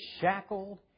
shackled